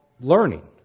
learning